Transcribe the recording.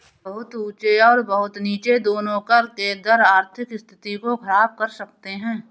बहुत ऊँचे और बहुत नीचे दोनों कर के दर आर्थिक स्थिति को ख़राब कर सकते हैं